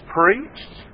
preached